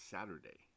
Saturday